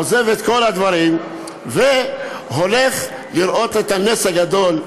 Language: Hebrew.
עוזב את כל הדברים והולך לראות את הנס הגדול,